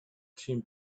team